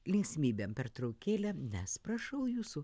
linksmybėm pertraukėlė nes prašau jūsų